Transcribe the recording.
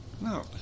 No